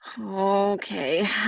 Okay